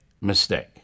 mistake